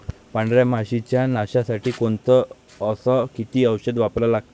पांढऱ्या माशी च्या नाशा साठी कोनचं अस किती औषध वापरा लागते?